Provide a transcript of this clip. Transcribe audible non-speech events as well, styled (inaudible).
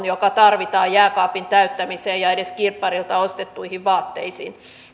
(unintelligible) joka tarvitaan jääkaapin täyttämiseen ja edes kirpparilta ostettuihin vaatteisiin